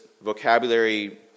vocabulary